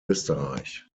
österreich